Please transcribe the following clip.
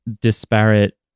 disparate